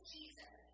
Jesus